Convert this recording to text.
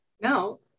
no